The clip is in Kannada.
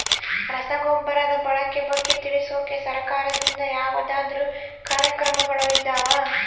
ರಸಗೊಬ್ಬರದ ಬಳಕೆ ಬಗ್ಗೆ ತಿಳಿಸೊಕೆ ಸರಕಾರದಿಂದ ಯಾವದಾದ್ರು ಕಾರ್ಯಕ್ರಮಗಳು ಇದಾವ?